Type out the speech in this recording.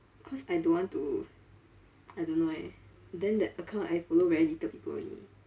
cause I don't want to I don't know eh then that account I follow very little people only